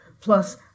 plus